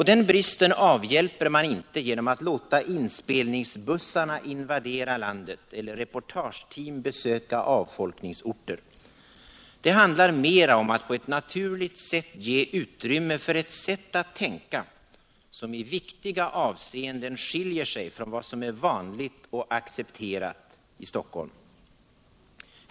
Den bristen avhjälper man inte genom att låta inspelningsbussarna invadera landet eller reportageteam besöka avfolkningsorter. Det handlar mer om att på ett naturligt sätt ge utrymme för ett sätt att tänka som i viktiga avseenden skiljer sig från vad som är vanligt och accepterat i Stockholm.